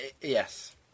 yes